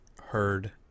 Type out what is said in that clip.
heard